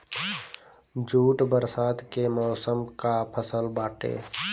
jute बरसात के मौसम कअ फसल बाटे